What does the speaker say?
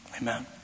amen